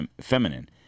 feminine